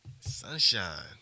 Sunshine